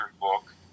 book